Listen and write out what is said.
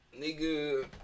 Nigga